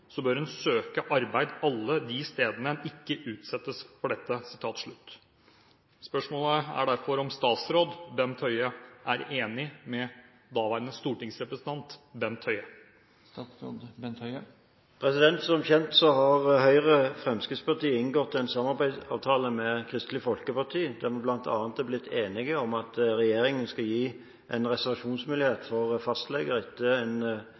så bør en søke arbeid alle de stedene en ikke utsettes for dette.» Er statsråd Bent Høie enig med stortingsrepresentant Bent Høie?» Som kjent har Høyre og Fremskrittspartiet inngått en samarbeidsavtale med Kristelig Folkeparti der vi bl.a. er blitt enige om at regjeringen skal gi en reservasjonsmulighet for fastleger etter en